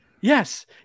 Yes